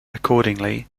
accordingly